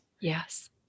Yes